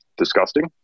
disgusting